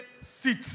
sit